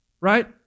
right